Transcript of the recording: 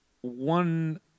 One